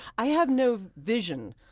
i have no vision.